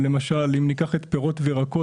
למשל אם ניקח את פירות וירקות,